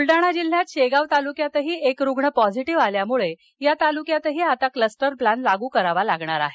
ब्लडाणा जिल्ह्यात शेगाव तालुक्यातही एक रुग्ण पॉझीटीव्ह आल्यामुळे या तालुक्यातही आता क्लस्टर प्लॅन लागू करावा लागणार आहे